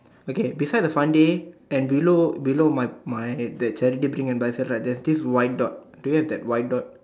okay beside the fun day and below below my my that charity drink and buy sale right there is this white dot do you have that white dot